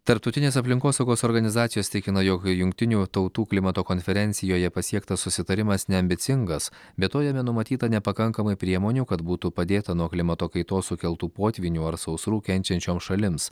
tarptautinės aplinkosaugos organizacijos tikina jog jungtinių tautų klimato konferencijoje pasiektas susitarimas neambicingas be to jame numatyta nepakankamai priemonių kad būtų padėta nuo klimato kaitos sukeltų potvynių ar sausrų kenčiančioms šalims